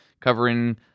covering